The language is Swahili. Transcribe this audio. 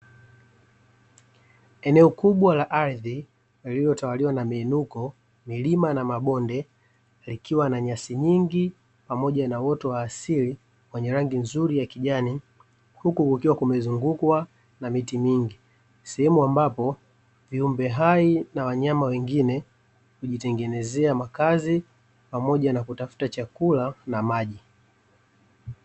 Eneo kubwa la ardhi lililotawaliwa na miinuko, milima na mabonde likiwa na nyasi nyingi pamoja na uwote wa asili wenye rangi nzuri ya kijani huku kukiwa kumezungukwa na miti mingi, sehemu ambapo viumbe hai na wanyama wengine kujitengenezea makazi pamoja na kutafuta chakula na maji.